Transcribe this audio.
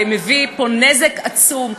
ומביא פה נזק עצום.